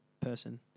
person